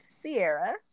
Sierra